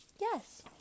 yes